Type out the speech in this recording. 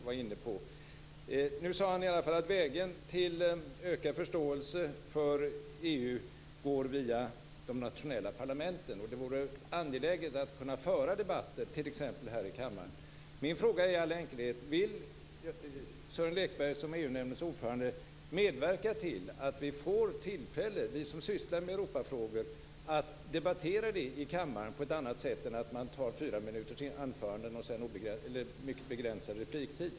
Sören Lekberg sade i alla fall att vägen till ökad förståelse för EU går via de nationella parlamenten, och det vore angeläget att kunna föra debatter t.ex. här i kammaren. Min fråga i all enkelhet är: Vill Sören Lekberg, som är EU-nämndens ordförande, medverka till att vi som sysslar med Europafrågor får tillfälle att debattera dem i kammaren på ett annat sätt än med fyra minuter långa anföranden och mycket begränsad repliktid?